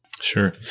sure